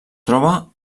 troba